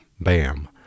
BAM